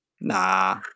Nah